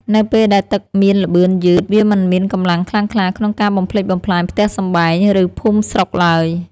នៅពេលដែលទឹកមានល្បឿនយឺត វាមិនមានកម្លាំងខ្លាំងក្លាក្នុងការបំផ្លិចបំផ្លាញផ្ទះសម្បែង ឬភូមិស្រុកឡើយ។